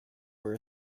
were